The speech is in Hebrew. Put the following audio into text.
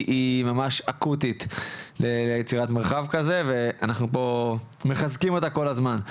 היא ממש אקוטי ליצירת מרחב כזה ואנחנו פה מחזקים אותה כל הזמן.